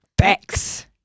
facts